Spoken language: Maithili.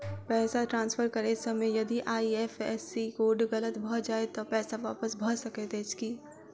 पैसा ट्रान्सफर करैत समय यदि आई.एफ.एस.सी कोड गलत भऽ जाय तऽ पैसा वापस भऽ सकैत अछि की?